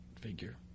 figure